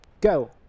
go